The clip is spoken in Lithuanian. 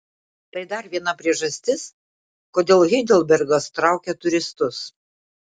tai dar viena priežastis kodėl heidelbergas traukia turistus